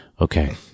Okay